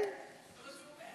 כן, זה מה שהוא אומר.